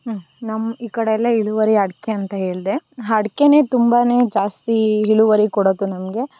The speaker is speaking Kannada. ನಮ್ಮ ಈ ಕಡೆಯೆಲ್ಲ ಇಳುವರಿ ಅಡಿಕೆ ಅಂತ ಹೇಳ್ದೆ ಅಡ್ಕೆನೆ ತುಂಬಾ ಜಾಸ್ತೀ ಇಳುವರಿ ಕೊಡೊದು ನಮಗೆ